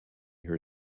her